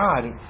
God